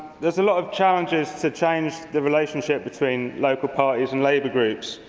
there are a lot of challenges to change the relationship between local parties and labour groups.